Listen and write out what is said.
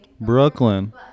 Brooklyn